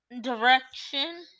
direction